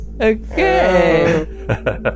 Okay